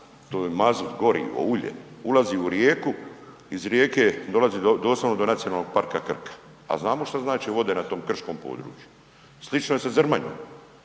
to je mazut, gorivo, ulje, ulazi u rijeku, iz rijeke dolazi doslovno do Nacionalnog parka Krka, a znamo šta znače vode na tom krškom području. Slično je sa Zrmanjom,